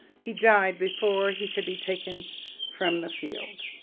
he died before he could be taken from the field.